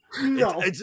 No